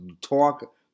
talk